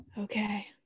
Okay